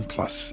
Plus